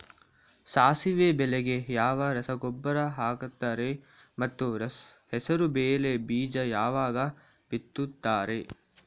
ಸಾಸಿವೆ ಬೆಳೆಗೆ ಯಾವ ರಸಗೊಬ್ಬರ ಹಾಕ್ತಾರೆ ಮತ್ತು ಹೆಸರುಬೇಳೆ ಬೀಜ ಯಾವಾಗ ಬಿತ್ತುತ್ತಾರೆ?